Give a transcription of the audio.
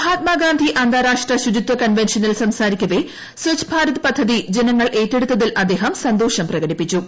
മഹാത്മാഗാന്ധി അന്താരാഷ്ട്ര ശുചിത്വ കൺവെൻഷനിൽ സംസാരിക്കവെ സ്വച്ച് ഭാരത് പദ്ധതി ജനങ്ങൾ ഏറ്റെടുത്തിൽ അദ്ദേഹം സന്തോഷം പ്രകടിപ്പിച്ചു